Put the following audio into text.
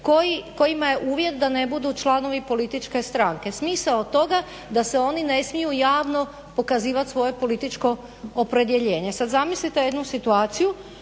kojima je uvjet da ne budu članovi političke stranke. Smisao toga da se oni ne smiju javno pokazivati svoje političko opredjeljenje. Sad zamislite jednu situaciju,